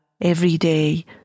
everyday